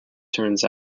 turns